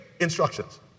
instructions